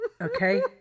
Okay